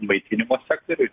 maitinimo sektoriuj